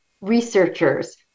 researchers